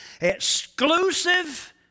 exclusive